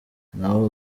ntawe